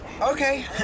okay